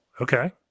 Okay